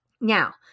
Now